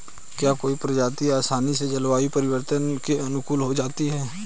क्या कोई प्रजाति आसानी से जलवायु परिवर्तन के अनुकूल हो सकती है?